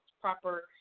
proper